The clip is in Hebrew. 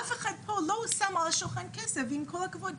אף אחד פה לא שם על השולחן כסף, עם כל הכבוד.